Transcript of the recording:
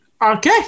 Okay